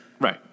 Right